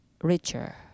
richer